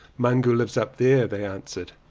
mungu lives up there, they answered,